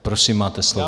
Prosím, máte slovo.